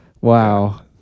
wow